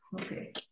Okay